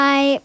Bye